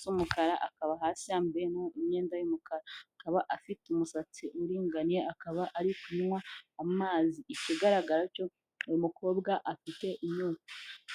z'umukara akaba hasi yambaye imyenda y'umukara akaba afite umusatsi uringaniye akaba ari kunywa amazi ikigaragara cyo uyu mukobwa afite inyota